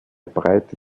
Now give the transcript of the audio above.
breite